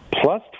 plus